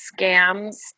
scams